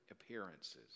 appearances